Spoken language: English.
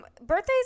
Birthdays